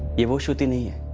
you know showed any